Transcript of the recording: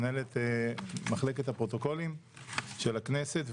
מנהלת מחלקת הפרוטוקולים של הכנסת.